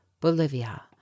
Bolivia